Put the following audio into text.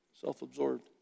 self-absorbed